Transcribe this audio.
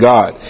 God